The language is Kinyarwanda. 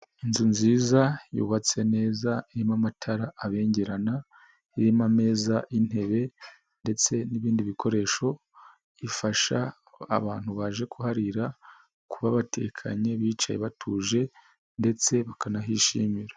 Inzu nziza yubatse neza irimo amatara abengerana, irimo ameza, intebe ndetse n'ibindi bikoresho, ifasha abantu baje kuharira kuba batekanye bicaye batuje ndetse bakanahishimira.